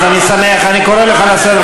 אז אני שמח אני קורא אותך לסדר,